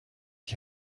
die